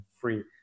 free